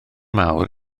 mawr